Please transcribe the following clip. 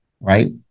right